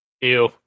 Ew